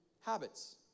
habits